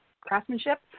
craftsmanship